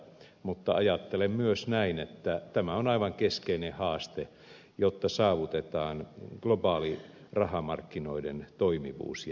mutta ajattelen myös näin että tämä on aivan keskeinen haaste jotta saavutetaan globaali rahamarkkinoiden toimivuus jälleen